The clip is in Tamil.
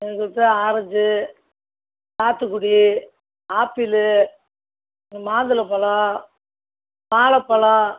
எங்ககிட்ட ஆரஞ்சு சாத்துக்குடி ஆப்பிளு மாதுளைப்பழம் வாழைப்பழம்